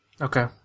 Okay